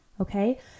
Okay